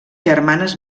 germanes